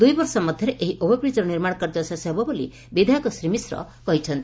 ଦୁଇ ବର୍ଷ ମଧ୍ଧରେ ଏହି ଓଭର୍ବ୍ରିକ୍ର ନିର୍ମାଣ କାର୍ଯ୍ୟ ଶେଷ ହେବ ବୋଲି ବିଧାୟକ ଶ୍ରୀ ମିଶ୍ର କହିଛନ୍ତି